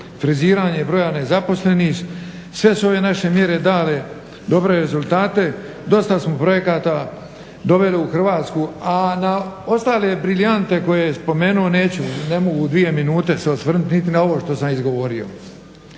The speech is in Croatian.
friziranje broja nezaposlenih, sve su ove naše mjere dale dobre rezultate, dosta smo projekata doveli u Hrvatsku, a na ostale briljante koje je spomenuo neću, ne mogu u dvije minute se osvrnut niti na ovo što sam izgovorio.